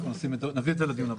אנחנו נביא את זה לדיון הבא.